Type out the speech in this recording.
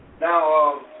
Now